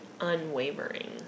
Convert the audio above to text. unwavering